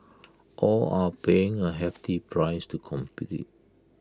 all are paying A hefty price to compete